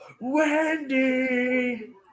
Wendy